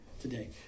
today